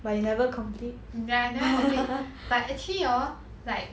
ya then 我就 but actually hor like